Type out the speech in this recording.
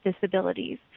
disabilities